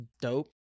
dope